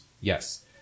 Yes